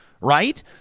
right